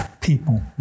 people